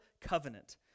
Covenant